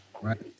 Right